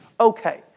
Okay